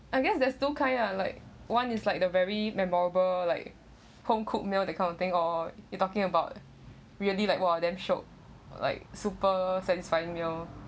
I guess there's still kind of like one is like the very memorable like home cooked meal that kind of thing or you talking about really like !wah! damn shiok like super satisfying meal